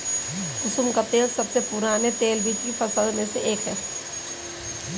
कुसुम का तेल सबसे पुराने तेलबीज की फसल में से एक है